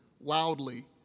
loudly